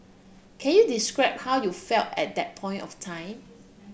can you describe how you felt at that point of time